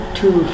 two